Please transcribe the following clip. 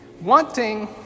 Wanting